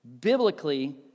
biblically